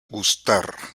gustar